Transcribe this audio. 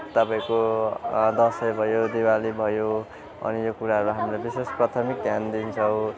तपाईँको दसैँ भयो दिवाली भयो अनि यो कुराहरूलाई हाम्रो विशेष प्राथमिक ध्यान दिन्छौँ